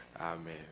Amen